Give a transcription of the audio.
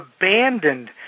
abandoned